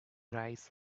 rice